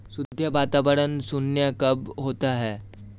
शुद्ध वर्तमान मूल्य शून्य कब होता है?